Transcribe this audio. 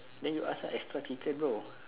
the you ask ah extra chicken bro